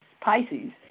Pisces